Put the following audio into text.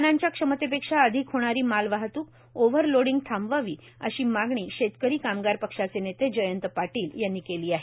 वाहनांच्या क्षमतेपेक्षा अधिक होणारी मालवाहत्क ओव्हर लोडिंग थांबवावी अशी मागणी शेतकरी कामगार पक्षाचे नेते जयंत पाटील यांनी केली आहे